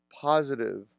positive